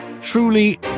Truly